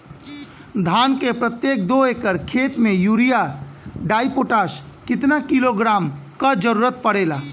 धान के प्रत्येक दो एकड़ खेत मे यूरिया डाईपोटाष कितना किलोग्राम क जरूरत पड़ेला?